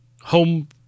home